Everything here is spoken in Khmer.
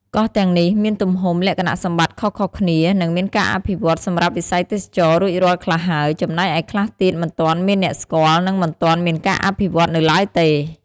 កោះទាំងនេះមានទំហំ លក្ខណៈសម្បត្តិខុសៗគ្នា និងមានការអភិវឌ្ឍន៍សម្រាប់វិស័យទេសចរណ៍រួចរាល់ខ្លះហើយ ចំណែកឯខ្លះទៀតមិនទាន់មានអ្នកស្គាល់ និងមិនទាន់មានការអភិវឌ្ឍនៅឡើយទេ។